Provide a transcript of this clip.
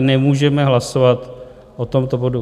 nemůžeme hlasovat o tomto bodu.